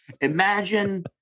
Imagine